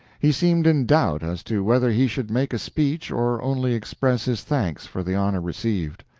he seemed in doubt as to whether he should make a speech or only express his thanks for the honor received.